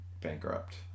bankrupt